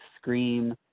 scream